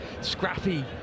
scrappy